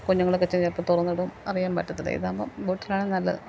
കുഞ്ഞുങ്ങളൊക്കെ ചിലപ്പോൾ തുറന്നിടും അറിയാൻ പറ്റത്തില്ല ഇതാവുമ്പം ബോട്ടിൽ ആണ് നല്ലത്